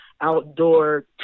outdoor